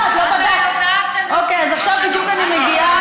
השר, וזה מצחיק אותך?